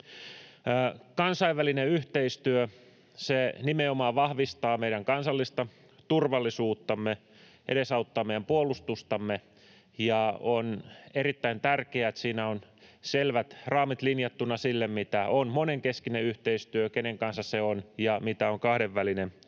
Kansainvälinen yhteistyö nimenomaan vahvistaa meidän kansallista turvallisuuttamme, edesauttaa meidän puolustustamme, ja on erittäin tärkeää, että siinä on selvät raamit linjattuina sille, mitä on monenkeskinen yhteistyö, kenen kanssa se on ja mitä on kahdenvälinen yhteistyö.